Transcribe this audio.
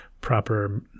proper